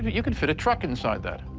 but you could fit a truck inside that.